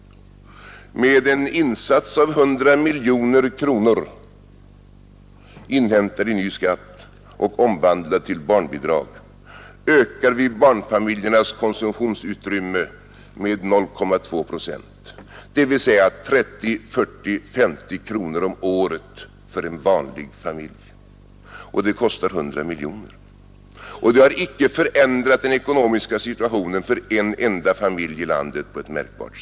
Med en insats av 100 miljoner kronor, inhämtade i nya skatter och omvandlade till barnbidrag, ökar vi barnfamiljernas konsumtionsutrymme med 0,2 procent, dvs. med 30, 40, 50 kronor om året för en familj. Och det kostar 100 miljoner! Det ändrar icke den ekonomiska situationen på ett märkbart sätt för en enda familj i landet.